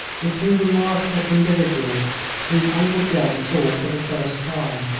were two remarkable individuals whom uncle john saw for the first time.